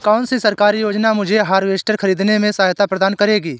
कौन सी सरकारी योजना मुझे हार्वेस्टर ख़रीदने में सहायता प्रदान करेगी?